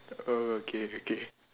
oh okay okay